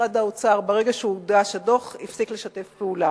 משרד האוצר, ברגע שהוגש הדוח, הפסיק לשתף פעולה,